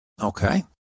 Okay